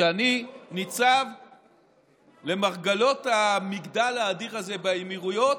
כשאני ניצב למרגלות המגדל האדיר הזה באמירויות,